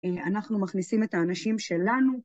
אנחנו מכניסים את האנשים שלנו.